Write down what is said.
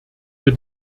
wir